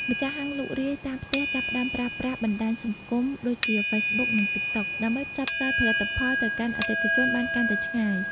ម្ចាស់ហាងលក់រាយតាមផ្ទះចាប់ផ្ដើមប្រើប្រាស់បណ្ដាញសង្គមដូចជា ហ្វេសប៊ុក និង ទីកតុក ដើម្បីផ្សព្វផ្សាយផលិតផលទៅកាន់អតិថិជនបានកាន់តែឆ្ងាយ។